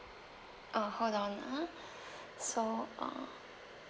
uh hold on ah so uh